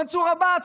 מנסור עבאס,